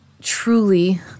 truly